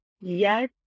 Yes